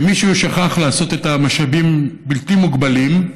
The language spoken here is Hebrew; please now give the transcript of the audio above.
כשמישהו שכח לעשות את המשאבים בלתי מוגבלים,